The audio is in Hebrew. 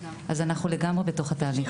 אנחנו לגמרי בתוך התהליך.